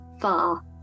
far